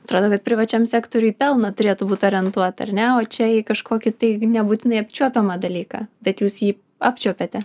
atrodo kad privačiam sektoriui pelno turėtų būti orientuota ne o čia į kažkokį tai nebūtinai apčiuopiamą dalyką bet jūs jį apčiuopiate